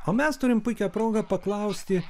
o mes turim puikią progą paklausti